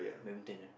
badminton